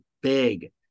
big